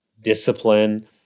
discipline